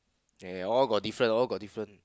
okay okay all got different all got different